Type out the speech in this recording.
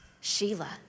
Sheila